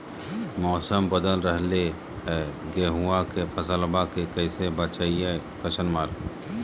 मौसम बदल रहलै है गेहूँआ के फसलबा के कैसे बचैये?